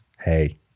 hey